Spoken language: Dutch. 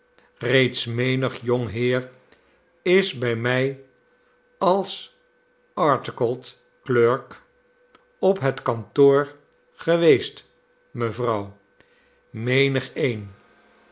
reeds menig jong heer isbij mij als articled clerk op het kantoor geweest mevrouw menigeen